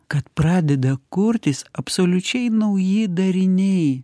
kad pradeda kurtis absoliučiai nauji dariniai